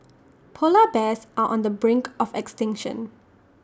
Polar Bears are on the brink of extinction